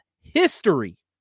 history